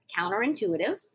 counterintuitive